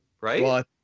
Right